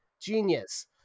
genius